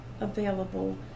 available